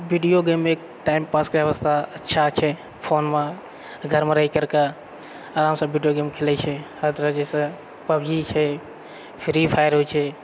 video game एक time pass करै वास्ते अच्छा छै फोनमे घरमे रहिकरके आरामसँ वीडियो गेम खेलैत छै हर तरह जैसे पबजी छै फ्री फायर होइत छै